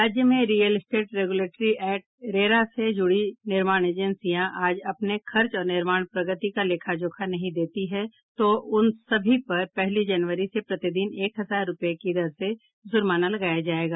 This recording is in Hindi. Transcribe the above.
राज्य में real estate regulatory act RERA से जुड़ी निर्माण एजेंसियां आज अपने खर्च और निर्माण प्रगति का लेखा जोखा नहीं देती है तो उन सभी पर पहली जनवरी से प्रतिदिन एक हजार रूपये की दर से जुर्माना लगाया जायेगा